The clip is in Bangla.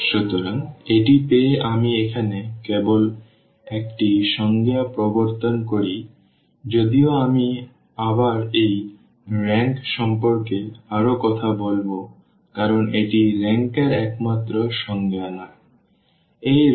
সুতরাং এটি পেয়ে আমি এখানে কেবল একটি সংজ্ঞা প্রবর্তন করি যদিও আমি আবার এই রেংক সম্পর্কে আরও কথা বলব কারণ এটি রেংক এর একমাত্র সংজ্ঞা নয়